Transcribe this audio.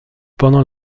pendant